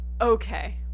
Okay